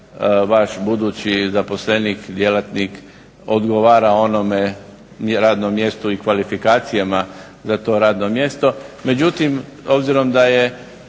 vaš budući zaposlenik, djelatnik odgovara onome radnom mjestu i kvalifikacijama za to radno mjesto.